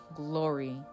glory